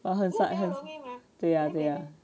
but 很像对呀对呀